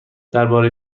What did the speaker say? درباره